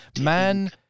man